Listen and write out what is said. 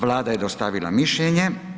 Vlada je dostavila mišljenje.